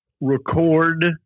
record